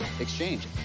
exchange